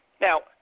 Now